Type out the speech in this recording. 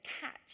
catch